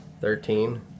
Thirteen